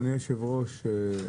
אדוני היושב-ראש,